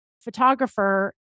photographer